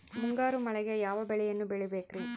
ಮುಂಗಾರು ಮಳೆಗೆ ಯಾವ ಬೆಳೆಯನ್ನು ಬೆಳಿಬೇಕ್ರಿ?